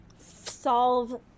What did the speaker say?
solve